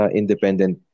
independent